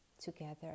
together